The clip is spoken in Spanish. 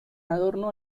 adorno